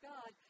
God